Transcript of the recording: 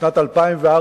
בשנת 2004,